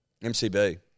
MCB